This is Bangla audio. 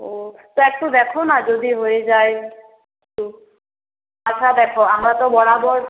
ও তো একটু দেখো না যদি হয়ে যায় আচ্ছা দেখো আমরা তো বরাবর